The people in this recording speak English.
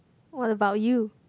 what about you